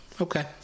Okay